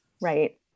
Right